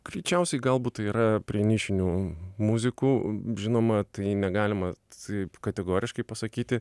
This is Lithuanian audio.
greičiausiai galbūt yra prie nišinių muzikų žinoma tai negalima taip kategoriškai pasakyti